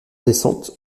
descente